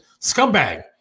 scumbag